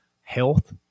health